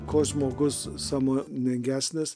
kuo žmogus sąmoningesnis